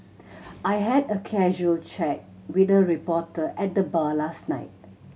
I had a casual chat with a reporter at the bar last night